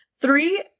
three